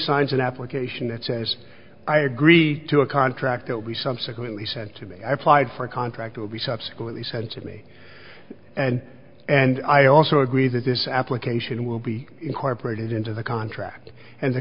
signs an application that says i agree to a contract that we subsequently sent to me i applied for a contract will be subsequently said to me and and i also agree that this application will be incorporated into the contract and the